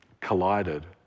collided